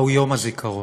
מהו יום הזיכרון,